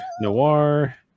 Noir